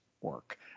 work